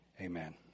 Amen